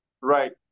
Right